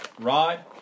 Rod